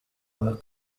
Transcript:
were